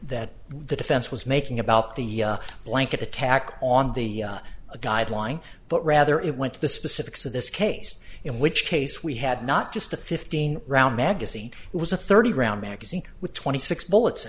that the defense was making about the blanket attack on the a guideline but rather it went to the specifics of this case in which case we had not just a fifteen round magazine it was a thirty round magazine with twenty six bullets